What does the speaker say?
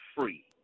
free